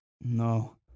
No